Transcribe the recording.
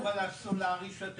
אני